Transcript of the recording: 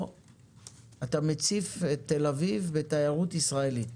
אתה מציף את תל-אביב בתיירות ישראלית,